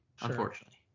unfortunately